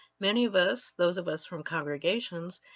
many of us, those of us from congregations,